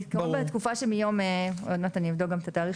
הוראת שעה בתקופה שמיום ה-1 ביוני 2022 (עוד מעט אני אבדוק את התאריך